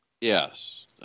Yes